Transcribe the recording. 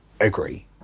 agree